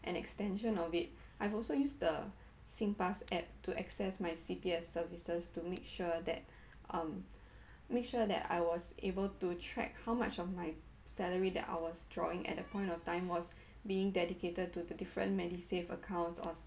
an extension of it I've also used the singpass app to access my C_P_F services to make sure that um make sure that I was able to track how much of my salary that I was drawing at the point of time was being dedicated to the different medisave accounts or